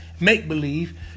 make-believe